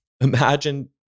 imagine